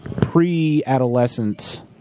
pre-adolescence